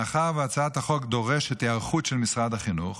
מאחר שהצעת החוק דורשת היערכות של משרד החינוך,